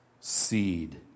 seed